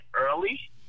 early